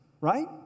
Right